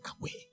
away